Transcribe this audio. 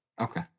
okay